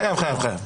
חייב, חייב.